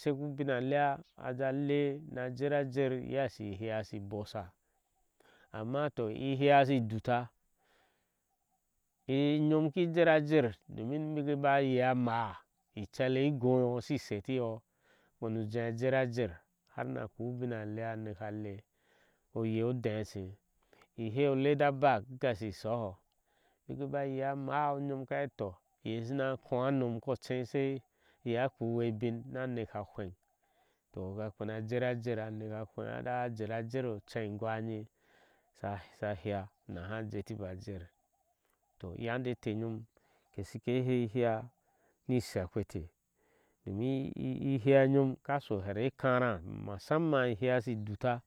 shek ubiŋa leea na a lee na jer a jer iye ashi ihééa shi. bosha ama toh hea shi duta inyom ki jer ajer domin baki aba yeya amaá icshele i gonyo ishishetiyo. kpenu ujeh a jer a jer har na kpea ubiŋ a leea a neke a lee oye odeece e heea o leda bake duk ashi sho ho biki ba yeya ama umom asha heti iye ashuna kuwa inom ko chei a sha jer-ajer ni aneke a hweŋ na heti ah a jer- ajer aceee e nŋwa enye asha heed anaha jeti boo ajer to yonde atenyo ke shiker hei eheea ni ishe kpoteh domin ihea nyom ka sho here ykara masama iheea inyome shu eduta.